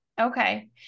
Okay